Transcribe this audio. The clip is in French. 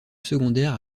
secondaire